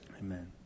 Amen